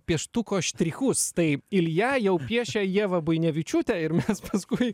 pieštuko štrichus tai ilja jau piešia ievą buinevičiūtę ir mes paskui